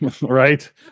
Right